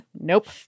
nope